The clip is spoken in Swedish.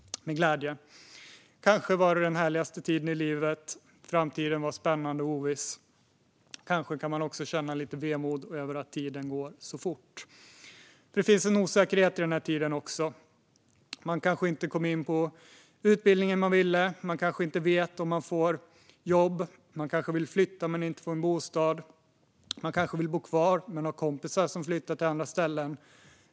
Kanske var det den härligaste tiden i livet. Framtiden var spännande och oviss. Kanske kan man också känna lite vemod över att tiden går så fort. Det finns en osäkerhet i denna tid också. Man kanske inte kom in på den utbildning man ville komma in på. Man kanske inte vet om man får jobb. Man kanske vill flytta men inte får en bostad. Man kanske vill bo kvar men har kompisar som flyttar till andra ställen.